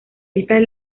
estas